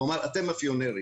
הוא אמר "אתם מאפיונרים".